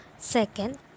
Second